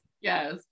yes